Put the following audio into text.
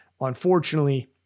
unfortunately